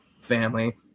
family